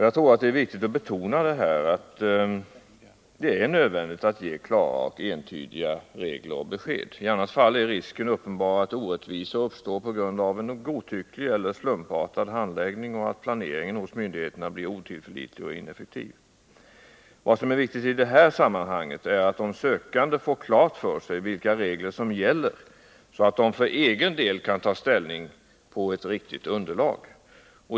Jag tror det är viktigt att betona att det är nödvändigt med klara och entydiga regler och besked. I annat fall är risken uppenbar att orättvisor uppstår på grund av en godtycklig eller slumpartad handläggning och att planeringen hos myndigheterna blir otillförlitlig och ineffektiv. Vad som är viktigt här är att de sökande får klart för sig vilka regler som gäller så att de för egen del kan ta ställning utifrån ett riktigt underlag.